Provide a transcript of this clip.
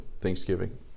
Thanksgiving